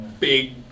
Big